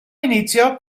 iniziò